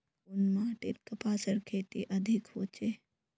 कुन माटित कपासेर खेती अधिक होचे?